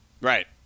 Right